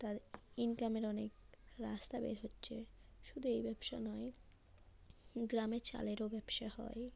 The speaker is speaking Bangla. তাদের ইনকামের অনেক রাস্তা বের হচ্ছে শুধু এই ব্যবসা নয় গ্রামে চালেরও ব্যবসা হয়